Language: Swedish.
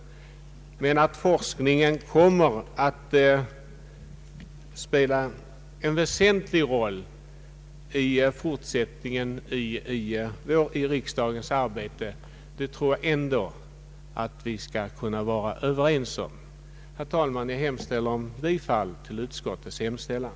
Men att forskningen kommer att spela en väsentlig roll i riksdagens fortsatta arbete tror jag ändå att vi skall kunna vara överens om. Herr talman! Jag hemställer om bifall till utskottets förslag.